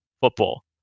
Football